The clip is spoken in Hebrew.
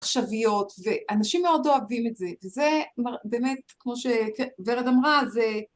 עכשוויות ואנשים מאוד אוהבים את זה וזה באמת כמו שורד אמרה זה